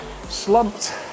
slumped